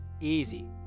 easy